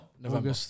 November